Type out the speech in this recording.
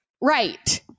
Right